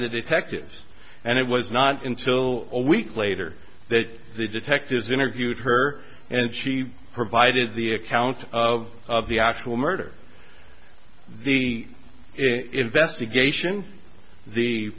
the detectives and it was not until a week later that the detectives interviewed her and she provided the account of of the actual murder the investigation the